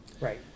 Right